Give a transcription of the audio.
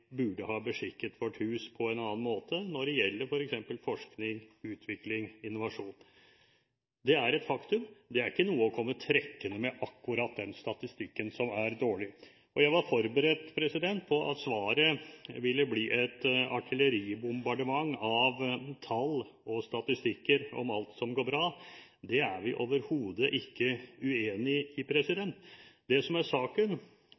burde ha beskikket vårt hus på en annen måte når det gjelder f.eks. forskning, utvikling og innovasjon. Det er et faktum. Det er ikke nok å komme trekkende med akkurat den statistikken som er dårlig. Jeg var forberedt på at svaret ville bli et artilleribombardement av tall og statistikker på alt som går bra. Det er vi overhodet ikke uenig i. Det som er saken,